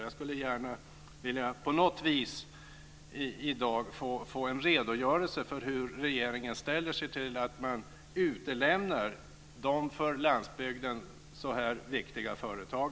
Jag skulle gärna på något vis i dag vilja få en redogörelse för hur regeringen ställer sig till att man utelämnar dessa för landsbygden så viktiga företag.